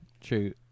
True